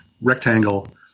rectangle